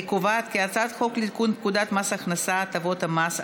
אני קובעת כי הצעת חוק לתיקון פקודת מס הכנסה (הטבות המס),